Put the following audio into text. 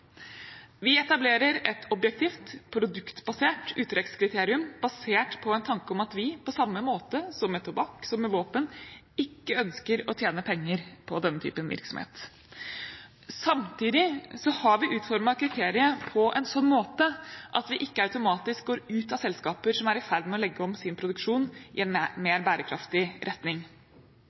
Vi etablerer et objektivt, produktbasert uttrekkskriterium basert på en tanke om at vi, på samme måte som med tobakk og våpen, ikke ønsker å tjene penger på denne typen virksomhet. Samtidig har vi utformet kriteriet på en sånn måte at vi ikke automatisk går ut av selskaper som er i ferd med å legge om sin produksjon i en mer bærekraftig retning.